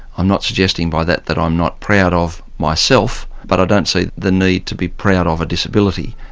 i'm not suggesting by that that i'm not proud of myself, but i don't see the need to be proud of a disability.